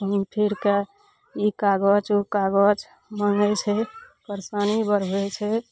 घूमि फिरके ई कागज उ कागज मँगय छै परेशानी बढ़बय छै